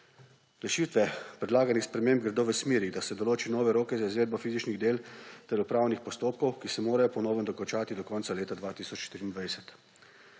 Rešitve predlaganih sprememb gredo v smeri, da se določi nove roke za izvedbo fizičnih del ter upravnih postopkov, ki se morajo po novem dokončati do konca leta 2023.